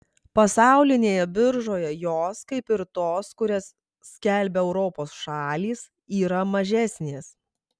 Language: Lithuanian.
pasaulinėje biržoje jos kaip ir tos kurias skelbia europos šalys yra mažesnės